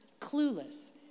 clueless